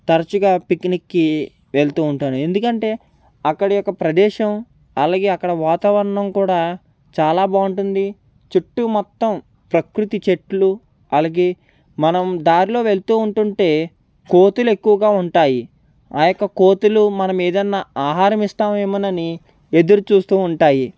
తరచుగా పిక్నిక్కి వెళ్తూ ఉంటాను ఎందుకంటే అక్కడి యొక్క ప్రదేశం అలాగే అక్కడి వాతావరణం కూడా చాలా బాగుంటుంది చుట్టూ మొత్తం ప్రకృతి చెట్లు అలాగే మనం దార్లో వెళ్తూ ఉంటుంటే కోతులు ఎక్కువగా ఉంటాయి ఆ యొక్క కోతులు మనం ఏదైనా ఆహారం ఇస్తాం ఏమోనని ఎదురు చూస్తూ ఉంటాయి